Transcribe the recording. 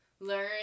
learn